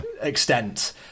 Extent